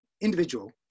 individual